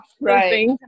right